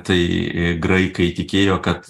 tai graikai tikėjo kad